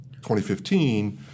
2015